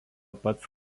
pats